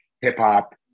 hip-hop